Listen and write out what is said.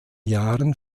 jahren